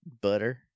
Butter